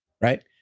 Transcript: right